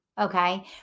Okay